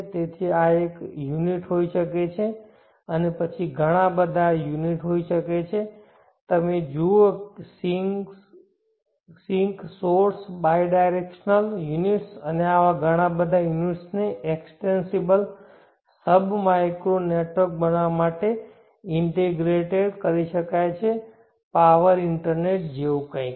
તેથી આ એક યુનિટ હોઈ શકે છે અને પછી ઘણા બધા યુનિટ હોઈ શકે છે તમે જુઓ sink source bidirectional units અને આવા ઘણા બધા યુનિટ્સ ને એક્સ્ટેન્સિબલ સબ માઇક્રો નેટવર્ક બનાવવા માટે ઇન્ટીગ્રેટેકરી શકાય છે પાવર ઇન્ટરનેટ જેવું કંઈક